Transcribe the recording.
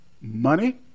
money